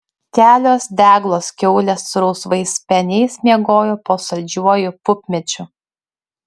kelios deglos kiaulės su rausvais speniais miegojo po saldžiuoju pupmedžiu